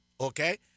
Okay